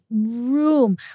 room